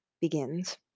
begins